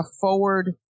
forward